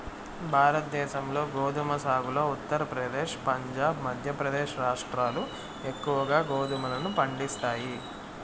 భారతదేశంలో గోధుమ సాగులో ఉత్తరప్రదేశ్, పంజాబ్, మధ్యప్రదేశ్ రాష్ట్రాలు ఎక్కువగా గోధుమలను పండిస్తాయి